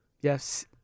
yes